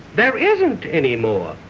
there isn't any more